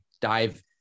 dive